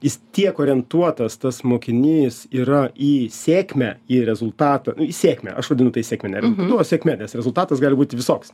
jis tiek orientuotas tas mokinys yra į sėkmę į rezultatą į sėkmę aš vadinu tai sėkme ne rezultatu o sėkme nes rezultatas gali būti visoks